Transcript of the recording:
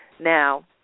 Now